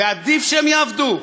ועדיף שהם יעבדו,